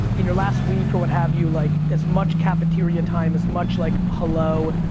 in your last week, or what have you, like, as much cafeteria time, as much like, hello,